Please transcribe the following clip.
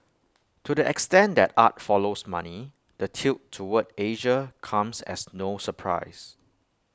to the extent that art follows money the tilt toward Asia comes as no surprise